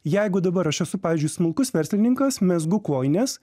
jeigu dabar aš esu pavyzdžiui smulkus verslininkas mezgu kojines